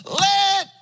let